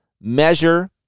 measure